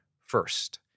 first